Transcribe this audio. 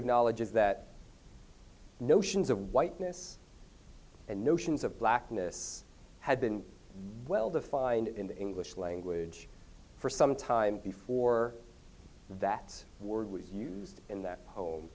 acknowledges that notions of whiteness and notions of blackness had been well defined in the english language for some time before that word was used in that home